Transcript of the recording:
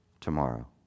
tomorrow